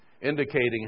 indicating